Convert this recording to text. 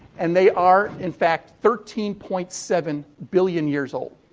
and they are, in fact thirteen point seven billion years old.